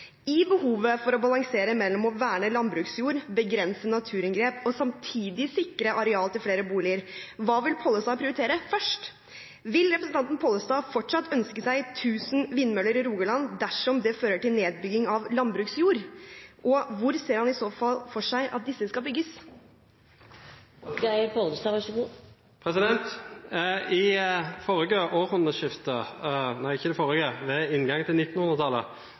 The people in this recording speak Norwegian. I behovet for å balansere mellom å verne landbruksjord, begrense naturinngrep og samtidig sikre areal til flere boliger – hva vil Pollestad prioritere først? Vil representanten Pollestad fortsatt ønske seg tusen vindmøller i Rogaland dersom det fører til nedbygging av landbruksjord, og hvor ser han i så fall for seg at disse skal bygges? Ved inngangen til 1900-tallet var det 500 vindmaskiner i